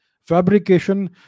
fabrication